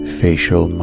facial